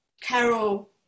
Carol